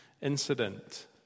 incident